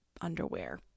underwear